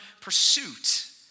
pursuit